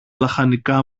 λαχανικά